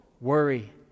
Worry